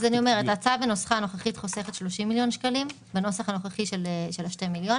ההצעה חוסכת 30 מיליון שקלים בנוסח הנוכחי של ה-2 מיליון,